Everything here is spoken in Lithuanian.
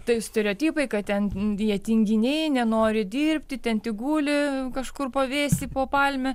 tai stereotipai kad ten jie tinginiai nenori dirbti ten tik guli kažkur pavėsy po palme